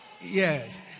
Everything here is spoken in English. Yes